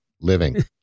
living